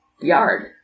yard